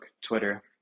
Twitter